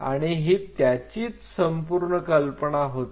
आणि ही त्याचीच संपूर्ण कल्पना होती